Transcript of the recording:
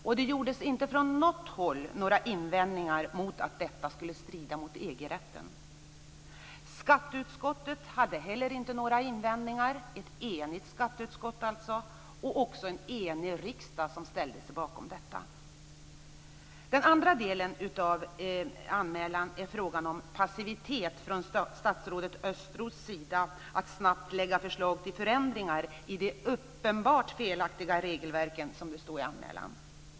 Inte från något håll gjordes det några invändningar om att detta skulle strida mot EG-rätten. Inte heller ett enigt skatteutskott hade några invändningar. Också riksdagen ställde sig enhälligt bakom detta. Den andra delen av anmälan gäller passivitet från statsrådet Östros sida för att han inte tillräckligt snabbt lade fram förslag till förändringar i de "uppenbart felaktiga regelverken" - som det står i anmälan.